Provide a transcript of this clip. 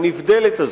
הנבדלת הזאת,